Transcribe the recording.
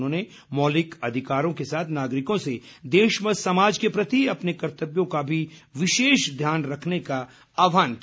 उन्होंने मौलिक अधिकारों के साथ नागरिकों से देश व समाज के प्रति अपने कर्तव्यों का भी विशेष ध्यान रखने का आह्वान किया